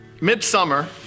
Midsummer